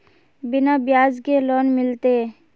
बिना ब्याज के लोन मिलते?